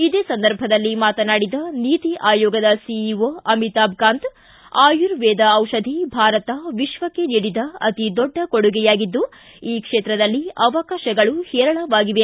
ಇದೇ ಸಂದರ್ಭದಲ್ಲಿ ನೀತಿ ಆಯೋಗದ ಸಿಇಒ ಅಮಿತಾಬ್ ಕಾಂತ್ ಮಾತನಾಡಿ ಆಯುರ್ವೇದ ದಿಷಧಿ ಭಾರತ ವಿಶ್ವಕ್ಷೆ ನೀಡಿದ ಅತಿ ದೊಡ್ಡ ಕೊಡುಗೆಯಾಗಿದ್ದು ಈ ಕ್ಷೇತ್ರದಲ್ಲಿ ಅವಕಾಶಗಳು ಹೆರಳವಾಗಿವೆ